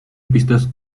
pistas